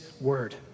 word